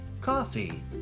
Coffee